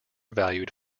valued